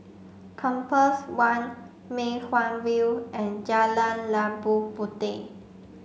Compass One Mei Hwan View and Jalan Labu Puteh